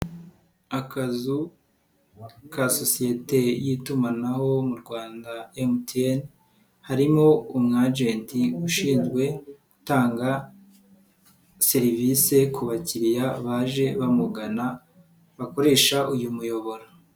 Akazu ka sosiyete y'itumanaho mu Rwanda MTN, harimo umwajeti ushinzwe gutanga serivisi ku bakiriya baje bamugana bakoresha uyu muyoboro.